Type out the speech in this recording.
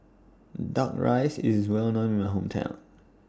Duck Rice IS Well known in My Hometown